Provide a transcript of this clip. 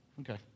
Okay